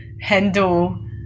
handle